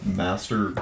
master